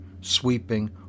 sweeping